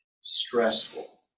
stressful